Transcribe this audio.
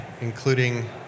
including